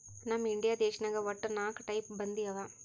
ನಮ್ ಇಂಡಿಯಾ ದೇಶನಾಗ್ ವಟ್ಟ ನಾಕ್ ಟೈಪ್ ಬಂದಿ ಅವಾ